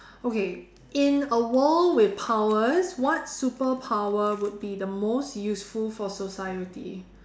okay in a war with powers what superpower would be the most useful for society